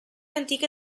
antiche